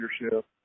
leadership